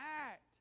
act